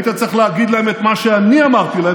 היית צריך להגיד להם את מה שאני אמרתי להם